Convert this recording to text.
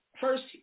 First